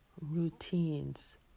routines